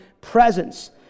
presence